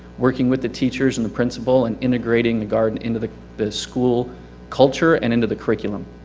working with the teachers and the principle in integrating the garden into the, the school culture and into the curriculum.